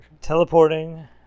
Teleporting